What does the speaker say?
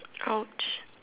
!ouch!